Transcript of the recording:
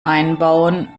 einbauen